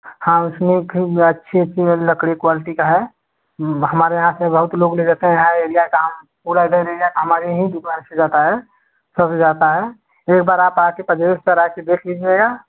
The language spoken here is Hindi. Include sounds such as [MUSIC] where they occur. हाँ उसमें खूब अच्छी अच्छी लकड़ी क्वालिटी का है हमारे यहाँ से बहुत लोग ले जाते हैं हर एरिया [UNINTELLIGIBLE] पूरा इधर एरिया का हमारी ही दुकान से जाता है सब जाता है तो एक बार आप परचेज़ कराके देख लीजिएगा